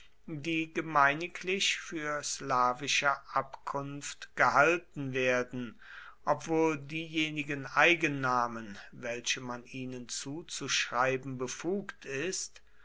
die gemeiniglich für slawischer abkunft gehalten werden obwohl diejenigen eigennamen welche man ihnen zuzuschreiben befugt ist